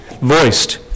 voiced